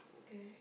okay